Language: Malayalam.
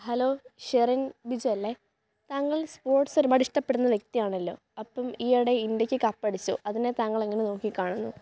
ഹലോ ഷെറിൻ ബിജു അല്ലെ താങ്കൾ സ്പോർട്സ് ഒരുപാട് ഇഷ്ടപ്പെടുന്ന വ്യക്തിയാണല്ലോ അപ്പം ഈ ഇടെ ഇന്ത്യയ്ക്ക് കപ്പ് അടിച്ചു അതിനെ താങ്കൾ എങ്ങനെ നോക്കി കാണുന്നു